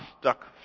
stuck